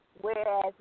whereas